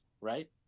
right